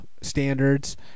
standards